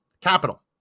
capital